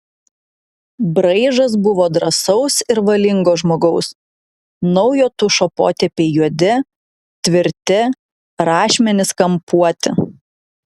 braižas buvo drąsaus ir valingo žmogaus naujo tušo potėpiai juodi tvirti rašmenys kampuoti